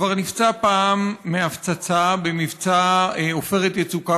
כבר נפצע פעם מהפצצה במבצע עופרת יצוקה